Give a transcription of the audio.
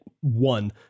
one